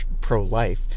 pro-life